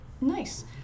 nice